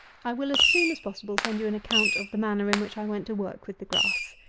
i will, as soon as possible, send you an account of the manner in which i went to work with the grass.